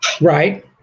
Right